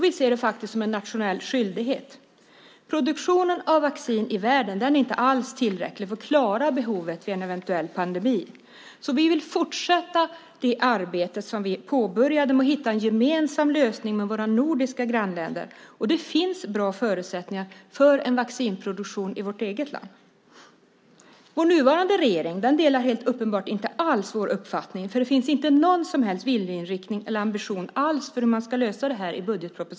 Vi ser det som en nationell skyldighet. Produktionen av vaccin i världen är inte alls tillräcklig för att klara behovet vid en eventuell pandemi, så vi vill fortsätta det arbete som vi påbörjade med att hitta en gemensam lösning med våra nordiska grannländer. Det finns bra förutsättningar för en vaccinproduktion i vårt eget land. Vår nuvarande regering delar helt uppenbart inte alls vår uppfattning, för i budgetpropositionen finns det inte någon som helst viljeinriktning eller ambition alls för att kunna lösa det här.